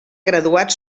graduat